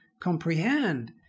comprehend